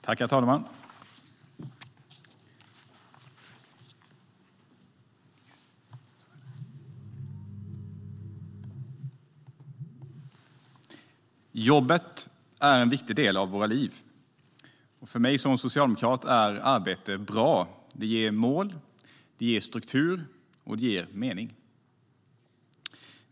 Herr talman! Jobbet är en viktig del av våra liv. För mig som socialdemokrat är arbete bra. Det ger mål, det ger struktur och det ger mening.